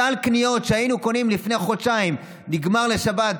סל קניות שהיינו קונים לפני חודשיים נגמר לשבת,